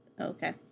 Okay